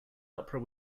opera